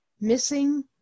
missing